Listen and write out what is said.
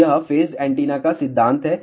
तो यह phased antenna का सिद्धांत है